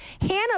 Hannah